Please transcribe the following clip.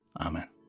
Amen